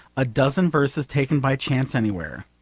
a dozen verses taken by chance anywhere.